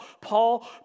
Paul